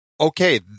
okay